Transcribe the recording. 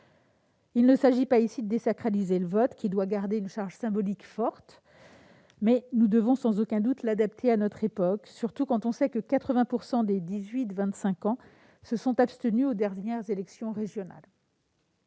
Il ne s'agit pas ici de désacraliser le vote, qui doit garder une charge symbolique forte, mais nous devons, sans aucun doute, l'adapter à notre époque, surtout quand on sait que 80 % des 18-25 ans se sont abstenus aux dernières élections régionales.